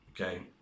okay